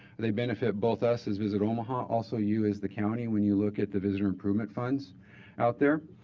they benefit both us as visit omaha, also you as the county when you look at the visitor improvement funds out there.